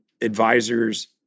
advisors